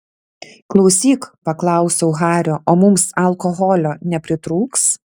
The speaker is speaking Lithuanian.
klausyk paklausiau hario o mums alkoholio nepritrūks